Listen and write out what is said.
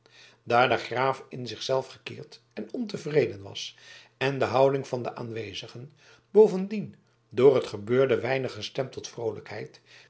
de graaf in zich zelf gekeerd en ontevreden was en de houding van de aanwezigen bovendien door het gebeurde weinig gestemd tot vroolijkheid